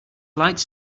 lights